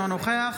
אינו נוכח